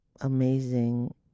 amazing